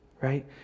right